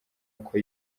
uko